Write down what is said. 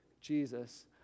Jesus